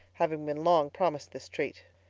having been long promised this treat.